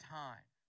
time